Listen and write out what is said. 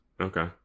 Okay